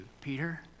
Peter